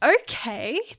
okay